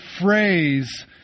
phrase